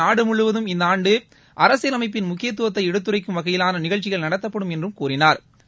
நாடு முழுவதும் இந்த ஆண்டு அரசியலமைப்பின் முக்கியத்துவத்தை எடுத்துரைக்கும் வகையிலான நிகழ்ச்சிகள் நடத்தப்படும் என்று தெரிவித்தாா்